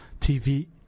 TV